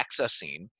accessing